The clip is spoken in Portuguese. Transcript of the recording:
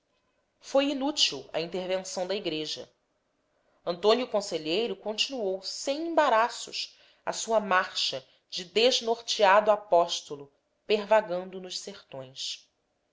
foi inútil a intervenção da igreja antônio conselheiro continuou sem embaraços a sua marcha de desnorteado apóstolo pervagando nos sertões